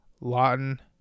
Lawton